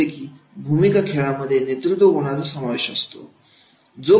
जसें की भूमिका खेळामध्ये नेतृत्वगुणाचा समावेश असतो